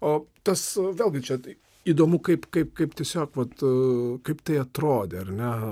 o tas vėlgi čia taip įdomu kaip kaip kaip tiesiog vat kaip tai atrodė ar ne